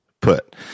put